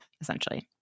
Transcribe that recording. essentially